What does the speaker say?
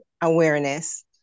awareness